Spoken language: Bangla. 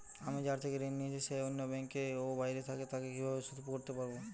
আমি যার থেকে ঋণ নিয়েছে সে অন্য ব্যাংকে ও বাইরে থাকে, তাকে কীভাবে শোধ করতে পারি?